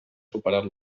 superat